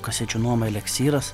kasečių nuoma eleksyras